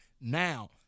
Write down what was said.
now